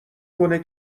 کنه